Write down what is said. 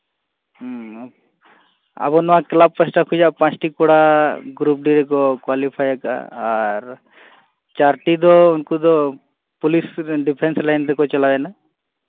ᱦᱮᱸ ᱟᱵᱚ ᱱᱚᱣᱟ ᱠᱞᱟᱵᱽ ᱯᱟᱥᱴᱟ ᱠᱷᱚᱱᱟᱜ ᱯᱟᱸᱪᱴᱤ ᱠᱚᱲᱟ ᱜᱨᱩᱯ ᱰᱤ ᱨᱮᱠᱚ ᱠᱳᱣᱟᱞᱤᱯᱷᱟᱭ ᱠᱟᱜᱼᱟ ᱟᱨ ᱪᱟᱨᱴᱤ ᱫᱚ ᱩᱱᱠᱩ ᱫᱚ ᱯᱩᱞᱤᱥ ᱰᱤᱯᱷᱮᱱᱥ ᱞᱟᱭᱤᱱ ᱨᱮᱠᱚ ᱪᱟᱞᱟᱣᱮᱱᱟ